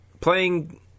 playing